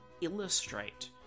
illustrate